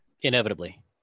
Inevitably